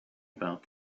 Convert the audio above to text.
about